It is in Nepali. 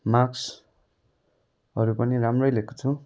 मार्क्सहरू पनि राम्रै ल्याएको छु